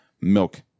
milk